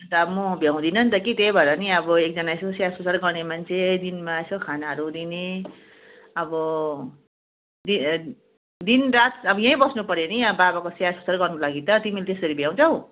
अन्त अब म भ्याउँदिनँ नि त कि त्यही भएर नि अब एकजना यसो स्याहार सुसार गर्ने मान्छे दिनमा यसो खानाहरू दिने अब दि एन दिन रात अब यहीँ बस्नु पर्यो नि अब बाबाको स्याहार सुसार गर्नुको लागि त तिमीले त्यसरी भ्याउँछौ